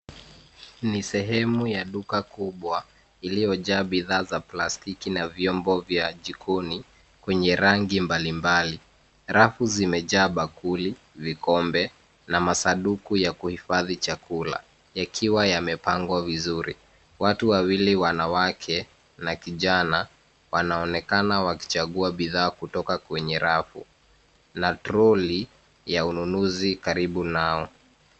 Ni sehemu ya duka kubwa, iliyojaa bidhaa za plastiki na vyombo vya jikoni, kwenye rangi mbalimbali. Rafu zimejaa bakuli, vikombe, na masanduku ya kuhifadhi chakula, yakiwa yamepangwa vizuri. Watu wawili, wanawake na kijana, wanaonekana wakichagua bidhaa kutoka kwenye rafu, na troli ya ununuzi karibu nao.